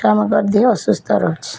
ଛୁଆମାନଙ୍କର୍ ଦିହ ଅସୁସ୍ଥ ରହୁଛି